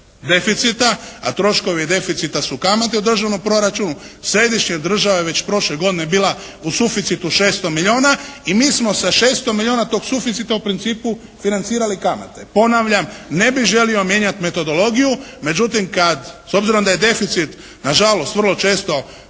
a troškovi deficita su kamate u državnom proračunu središnja država je već prošle godine bila u suficitu 600 milijuna i mi smo sa 600 milijuna tog suficita u principu financirali kamate. Ponavljam ne bih želio mijenjati metodologiju međutim kad, s obzirom da je deficit nažalost vrlo često